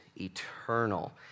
eternal